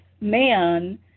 man